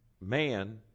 man